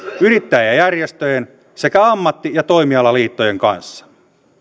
yrittäjäjärjestöjen sekä ammatti ja toimialaliittojen kanssa